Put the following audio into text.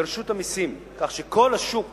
לרשות המסים, כך שכל השוק